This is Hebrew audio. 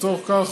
לצורך כך,